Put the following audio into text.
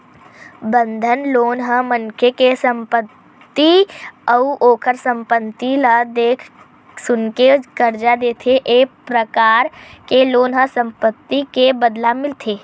बंधक लोन ह मनखे के संपत्ति अउ ओखर संपत्ति ल देख सुनके करजा देथे ए परकार के लोन ह संपत्ति के बदला मिलथे